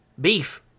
Beef